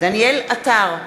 דניאל עטר,